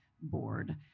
board